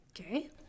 okay